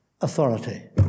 authority